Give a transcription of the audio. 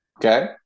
Okay